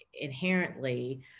inherently